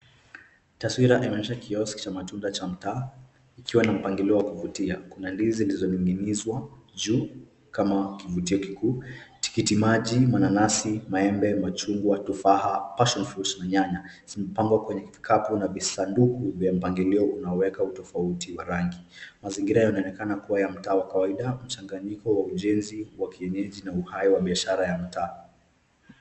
Taswira imeonyesha kiosk cha matunda, cha mtaa, ikiwa na mpanglio wa kuvutia. Kuna ndizi, zilizoning'inizwa juu kama kivutio kikuu, tikitiki maji, mananasi, maembe, machungwa, tufaha passion fruits na nyanya. Zimepangwa kwenye kikapu na visanduku vya mpangilio unaowekwa utofauti wa rangi. Mazingira yanaonekana kuwa ya mtaa wa kawaida, mchanganyiko wa ujenzi wa kienyeji na uhai wa biashara ya mtaa.